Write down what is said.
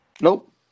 Nope